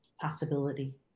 possibility